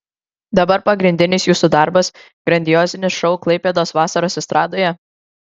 dabar pagrindinis jūsų darbas grandiozinis šou klaipėdos vasaros estradoje